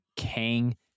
Kang